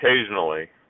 Occasionally